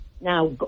now